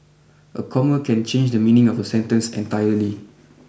a comma can change the meaning of a sentence entirely